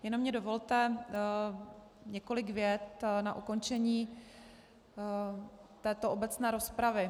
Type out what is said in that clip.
Jenom mi dovolte několik vět na ukončení této obecné rozpravy.